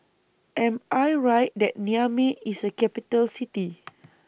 Am I Right that Niamey IS A Capital City